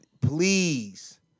please